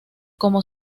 como